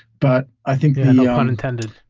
but i think and intended.